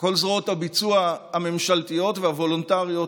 כל זרועות הביצוע הממשלתיות והוולונטריות,